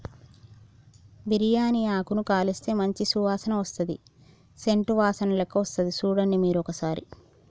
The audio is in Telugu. బిరియాని ఆకును కాలిస్తే మంచి సువాసన వస్తది సేంట్ వాసనలేక్క వస్తది చుడండి మీరు ఒక్కసారి